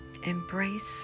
Embrace